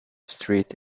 street